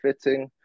fitting